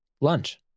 lunch